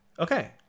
Okay